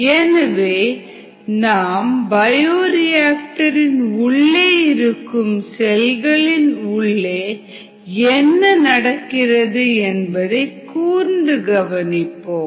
எனவே நாம் பயோரியாக்டர் இன் உள்ளே இருக்கும் செல்களின் உள்ளே என்ன நடக்கிறது என்பதை கூர்ந்து கவனிப்போம்